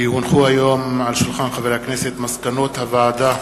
כי הונחו היום על שולחן הכנסת, מסקנות הוועדה